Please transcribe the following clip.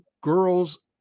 girls